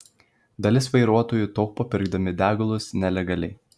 dalis vairuotojų taupo pirkdami degalus nelegaliai